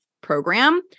program